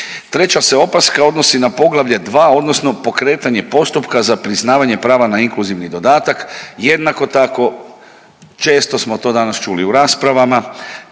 Treća se opaska odnosi na poglavlje 2 odnosno pokretanje postupka za priznavanje prava na inkluzivni dodatak, jednako tako često smo to danas čuli u raspravama,